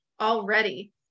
already